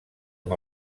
amb